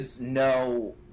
no